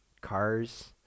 cars